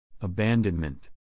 Abandonment